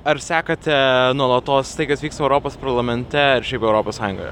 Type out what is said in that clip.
ar sekate nuolatos tai kas vyks europos parlamente europos sąjungoje